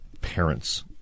parents